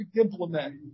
implement